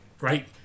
right